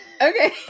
okay